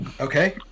Okay